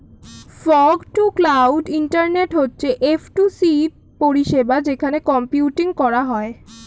fog to cloud internet হচ্ছে F to C পরিষেবা যেখানে কম্পিউটিং করা হয়